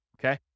Okay